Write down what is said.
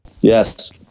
Yes